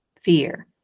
fear